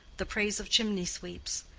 the praise of chimney-sweeps,